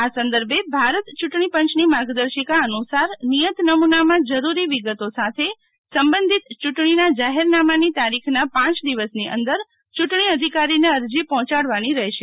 આ સંદર્ભે ભારત ચુંટણીપંચની માર્ગદર્શિકા અનુસાર નિયત નમુનામાં જરૂરી વિગતો સાથે સબંધિત ચુંટણીના જાહેરનામાંની તારીખ નાં પ દિવસની અંદર ચૂંટણી અધિકારીને અરજી પહોચાડવાની રહેશે